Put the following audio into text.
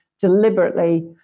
deliberately